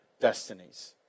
destinies